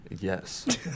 Yes